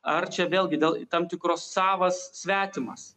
ar čia vėlgi dėl tam tikros savas svetimas